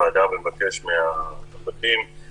המשפטית והאפוטרופסות- - שבוע הבא יהיה דיון מעקב.